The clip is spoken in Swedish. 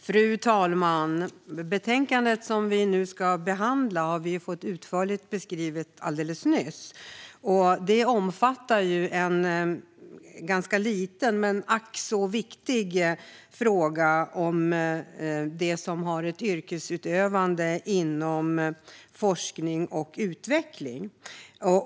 Fru talman! Det betänkande som vi nu ska behandla har vi fått utförligt beskrivet alldeles nyss. Det omfattar en ganska liten men ack så viktig fråga gällande dem som har ett yrkesutövande inom forskning och utveckling.